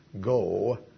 Go